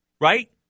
Right